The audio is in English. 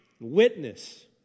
Witness